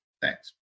Thanks